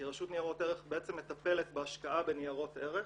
כי הרשות לניירות ערך מטפלת בהשקעה בניירות ערך